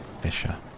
Fisher